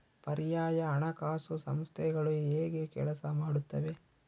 ಪರ್ಯಾಯ ಹಣಕಾಸು ಸಂಸ್ಥೆಗಳು ಹೇಗೆ ಕೆಲಸ ಮಾಡುತ್ತವೆ?